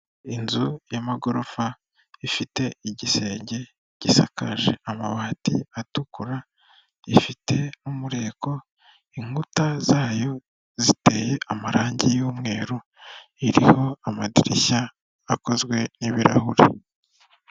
Inzu y'amagorofa ifite igisenge gisakaje amabati atukura, ifite umureko inkuta zayo ziteye amarangi y'umweru iriho amadirishya akozwe n'ibirahure.